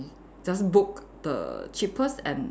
just book the cheapest and